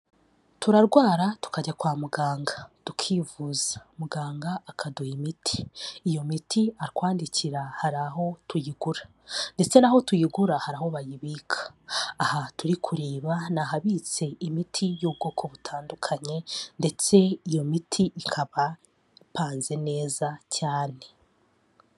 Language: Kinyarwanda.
Turarwara tukajya kwa muganga. Tukivuza. Muganga akaduha imiti. Iyo miti atwandikira, hari aho tuyigura. Ndetse n'aho tuyigura, hari aho bayibika. Aha turi kureba, ni ahabitse imiti y'ubwoko butandukanye, ndetse iyo miti ikaba ipanze neza, cyane.